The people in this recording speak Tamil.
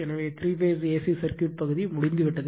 எனவே த்ரீ பேஸ் AC சர்க்யூட் பகுதி முடிந்துவிட்டது